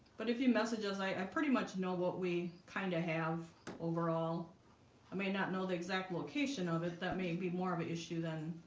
but if you message us i pretty much know what we kind of have overall i may not know the exact location of it that may be more of an ah issue than